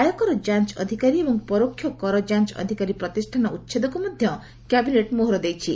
ଆୟକର ଯାଞ୍ଚ ଅଧିକାରୀ ଏବଂ ପରୋକ୍ଷ କର ଯାଞ୍ଚ ଅଧିକାରୀ ପ୍ରତିଷ୍ଠାନ ଉଚ୍ଛେଦକୁ ମଧ୍ୟ କ୍ୟାବିନେଟ୍ ମୋହର ଦେଇଛି